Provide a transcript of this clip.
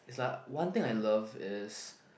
is like one thing I love is